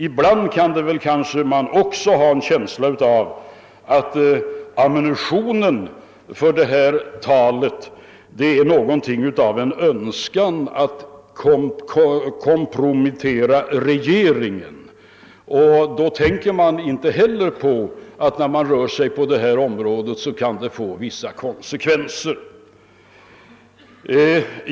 Ibland kan man kanske också ha en känsla av att ammunitionen för detta tal är någonting av en önskan att komprommettera regeringen. Då tänker man inte heller på att när man rör sig på detta område kan det få vissa konsekvenser.